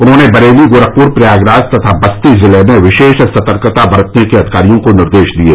उन्होंने बरेली गोरखपुर प्रयागराज तथा बस्ती जिले में विशेष सतर्कता बरतने के अधिकारियों को निर्देश दिये